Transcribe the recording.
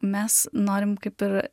mes norim kaip ir